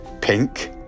pink